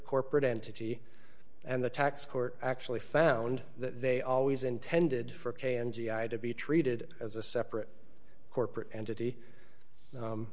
corporate entity and the tax court actually found that they always intended for k n g i to be treated as a separate corporate entity